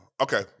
Okay